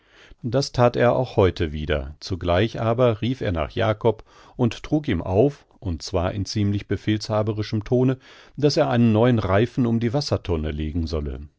das that er auch heute wieder zugleich aber rief er nach jakob und trug ihm auf und zwar in ziemlich befehlshaberischem tone daß er einen neuen reifen um die wassertonne legen solle